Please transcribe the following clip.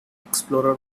explorer